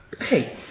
Hey